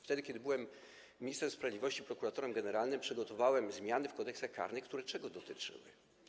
Wtedy kiedy byłem ministrem sprawiedliwości i prokuratorem generalnym, przygotowałem zmiany w kodeksach karnych, które czego dotyczyły?